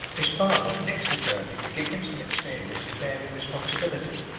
his father next determined to give him some experience in bearing responsibility,